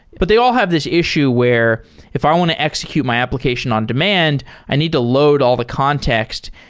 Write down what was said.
but they all have this issue where if i want to execute my application on-demand, i need to load all the context,